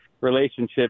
relationship